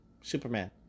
Superman